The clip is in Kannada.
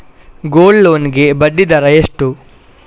ಗೋಲ್ಡ್ ಲೋನ್ ಗೆ ಬಡ್ಡಿ ದರ ಎಷ್ಟು?